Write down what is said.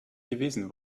gewesen